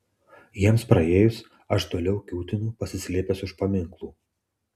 jiems praėjus aš toliau kiūtinu pasislėpęs už paminklų